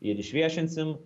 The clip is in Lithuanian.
ir išviešinsim